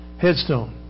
headstone